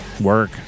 work